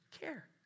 care